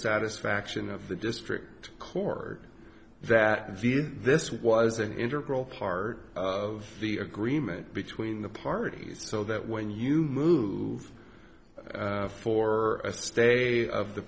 satisfaction of the district chord that view this was an integral part of the agreement between the parties so that when you move for a stay of the